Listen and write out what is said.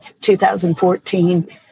2014